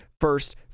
first